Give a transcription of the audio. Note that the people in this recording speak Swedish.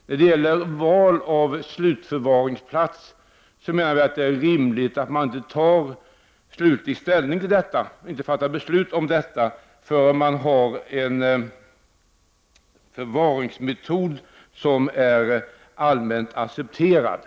När det gäller val av slutförvaringsplats menar vi att det är rimligt att man inte fattar beslut om detta förrän man har en förvaringsmetod som är allmänt accepterad.